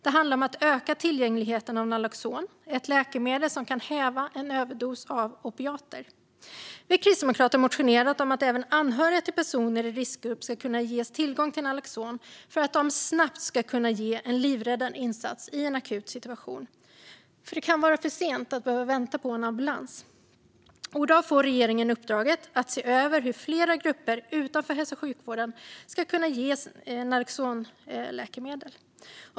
Det handlar om att öka tillgängligheten av naloxon - ett läkemedel som kan häva en överdos av opiater. Vi kristdemokrater har motionerat om att även anhöriga till personer i riskgrupp ska kunna ges tillgång till naloxon för att de snabbt ska kunna ge en livräddande insats i en akut situation. Om man tvingas vänta på en ambulans kan det vara för sent. I dag får regeringen alltså uppdraget att se över hur fler grupper utanför hälso och sjukvården ska kunna ge naloxonläkemedel.